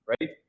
right